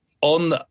on